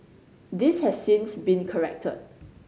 this has since been corrected